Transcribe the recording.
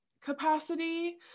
capacity